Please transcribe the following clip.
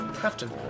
Captain